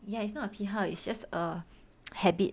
yeah it's not a 批号 it's just a habit